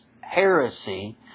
heresy